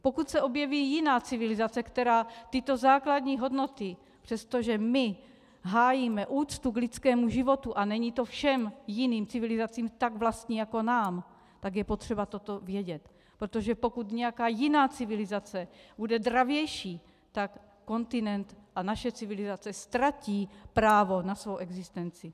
Pokud se objeví jiná civilizace, která tyto základní hodnoty, přestože my hájíme úctu k lidskému životu, a není to všem jiným civilizacím tak vlastní jako nám, tak je potřeba toto vědět, protože pokud nějaká jiná civilizace bude dravější, kontinent a naše civilizace ztratí právo na svou existenci.